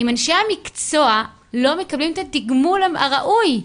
אם אנשי המקצוע לא מקבלים את התגמול הראוי,